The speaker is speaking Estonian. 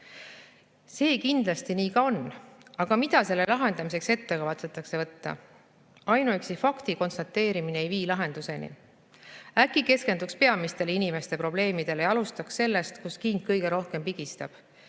See kindlasti nii ka on. Aga mida selle lahendamiseks kavatsetakse ette võtta? Ainuüksi fakti konstateerimine ei vii lahenduseni. Äkki keskenduks peamistele inimeste probleemidele ja alustaks sellest, kust king kõige rohkem pigistab?